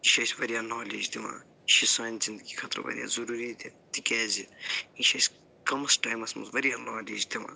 یہِ چھِ اَسہِ واریاہ نالیج دِوان یہِ چھِ سانہِ زنٛدی خٲطرٕ وارِیاہ ضُروٗری تہِ تِکیٛازِ یہِ چھِ اَسہِ کَمس ٹایمس منٛز وارِیاہ نالیج دِوان